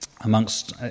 amongst